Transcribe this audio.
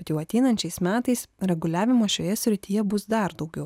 bet jau ateinančiais metais reguliavimo šioje srityje bus dar daugiau